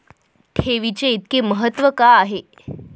ठेवीचे इतके महत्व का आहे?